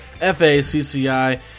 F-A-C-C-I